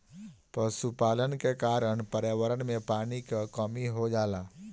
पशुपालन के कारण पर्यावरण में पानी क कमी हो जाला